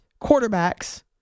quarterbacks